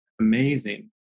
amazing